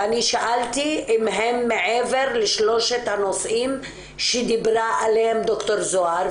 ואני שאלתי אם הם מעבר לשלושת הנושאים שדיברה עליהם דוקטור זהר,